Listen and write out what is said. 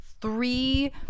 three